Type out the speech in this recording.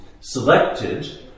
selected